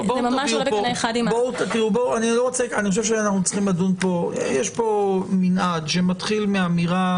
זה ממש עולה בקנה אחד עם --- יש פה מנעד שמתחיל מהאמירה